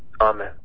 Amen